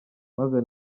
maze